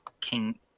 King